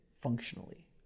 functionally